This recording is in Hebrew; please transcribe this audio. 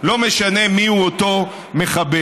לא משנה מיהו אותו מחבל,